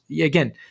again